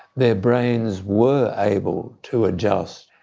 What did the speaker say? their brains were able to adjust.